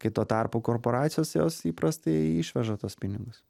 kai tuo tarpu korporacijos jos įprastai išveža tuos pinigus